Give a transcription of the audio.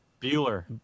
Bueller